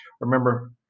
Remember